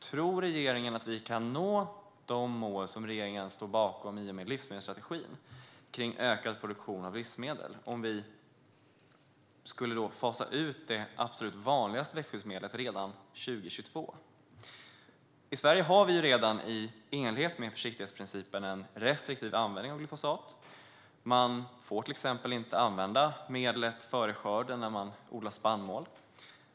Tror regeringen att vi kan nå de mål som regeringen står bakom i och med livsmedelsstrategin om ökad produktion av livsmedel om vi skulle fasa ut det absolut vanligaste växtskyddsmedlet redan 2022? I Sverige har vi redan i enlighet med försiktighetsprincipen en restriktiv användning av glyfosat. Man får till exempel inte använda medlet före skörden när man odlar spannmål.